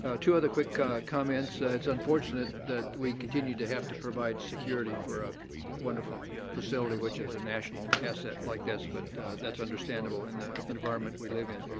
ah two other quick comments. ah it's unfortunate that we continue to have to provide security for a wonderful facility which is a national asset like this, but that's understandable in the environment we live in.